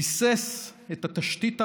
ביסס את התשתית הרעיונית,